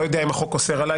אני לא יודע אם החוק אוסר לי,